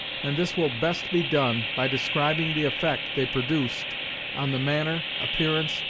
and this will best be done by describing the effect they produced on the manner, appearance,